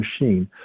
machine